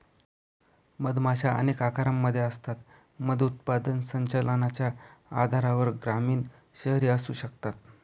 मधमाशा अनेक आकारांमध्ये असतात, मध उत्पादन संचलनाच्या आधारावर ग्रामीण, शहरी असू शकतात